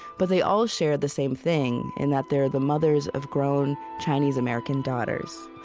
but they all share the same thing in that they're the mothers of grown, chinese-american daughters.